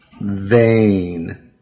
vain